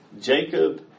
Jacob